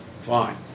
Fine